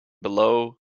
below